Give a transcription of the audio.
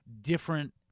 different